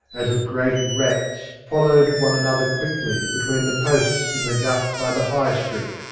as of great rats, followed one another quickly between the posts in the gut by the high street,